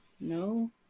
No